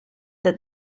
that